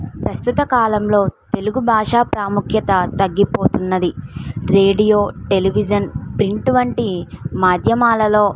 ప్రస్తుత కాలంలో తెలుగు భాషా ప్రాముఖ్యత తగ్గిపోతున్నది రేడియో టెలివిజన్ ప్రింట్ వంటి మాధ్యమాలలో